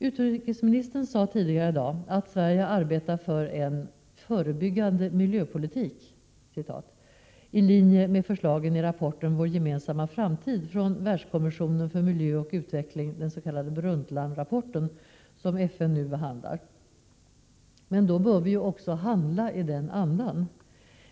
Utrikesministern sade tidigare i dag att Sverige arbetar för en ”förebyggande miljöpolitik”, i linje med förslagen i rapporten ”Vår gemensamma framtid” från Världskommissionen för miljö och utveckling — den s.k. Brundtlandrapporten, som FN nu behandlar. Men då bör vi också handla i samma anda.